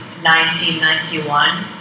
1991